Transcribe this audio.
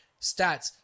stats